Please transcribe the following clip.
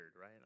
right